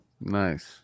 Nice